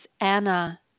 Anna